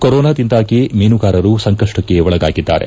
ಕೊರೋನಾದಿಂದಾಗಿ ಮೀನುಗಾರರು ಸಂಕಷ್ಷಕ್ಕೆ ಒಳಗಾಗಿದ್ದಾರೆ